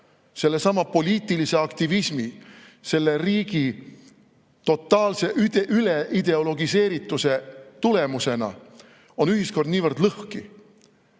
sellesama poliitilise aktivismi, selle riigi totaalse üleideologiseerituse tulemusena ühiskond niivõrd lõhki